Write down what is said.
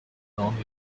non